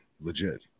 legit